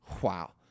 wow